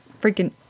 freaking